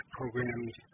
programs